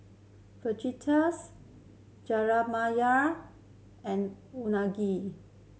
Fajitas and Unagi